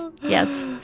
yes